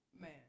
Man